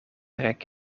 rek